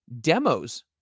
demos